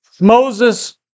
Moses